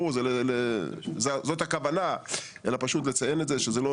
ברור שזאת הכוונה, אז כדאי לציין את זה.